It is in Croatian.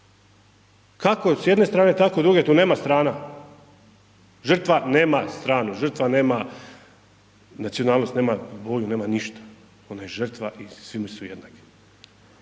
kako s jedne strane, tako druge, tu nema strana. Žrtva nema stranu, žrtva nema nacionalnost, nema boju, nema ništa. Ona je žrtva i svime su jednake.